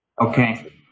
Okay